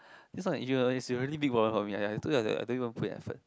this kind of ego uh is really big one for me I I told you I don't even put in effort